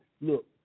Look